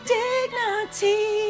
dignity